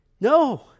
No